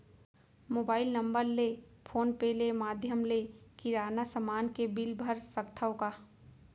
Mobile number ले phone पे ले माधयम ले किराना समान के बिल भर सकथव का?